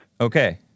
Okay